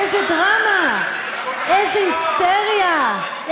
איזו דרמה, איזו היסטריה.